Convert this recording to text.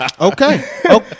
Okay